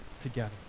together